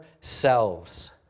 selves